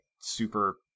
super